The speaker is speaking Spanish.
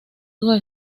sus